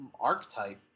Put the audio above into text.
archetype